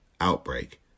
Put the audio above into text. outbreak